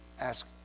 ask